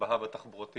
ובקו התחבורתי